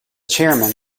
chairman